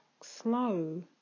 slow